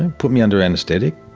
and put me under anaesthetic,